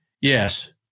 Yes